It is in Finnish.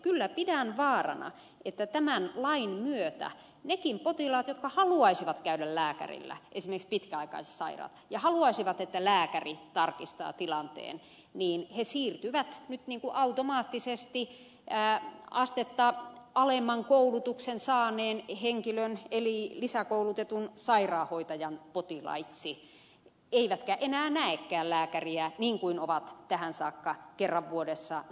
kyllä pidän vaarana että tämän lain myötä nekin potilaat jotka haluaisivat käydä lääkärillä esimerkiksi pitkäaikaissairaat ja haluaisivat että lääkäri tarkistaa tilanteen siirtyvät nyt niin kuin automaattisesti astetta alemman koulutuksen saaneen henkilön eli lisäkoulutetun sairaanhoitajan potilaiksi eivätkä enää näekään lääkäriä niin kuin ovat tähän saakka kerran vuodessa nähneet